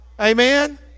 amen